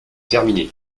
terminé